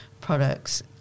products